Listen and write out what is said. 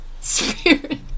Spirit